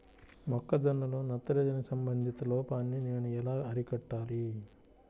మొక్క జొన్నలో నత్రజని సంబంధిత లోపాన్ని నేను ఎలా అరికట్టాలి?